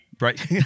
Right